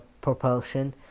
propulsion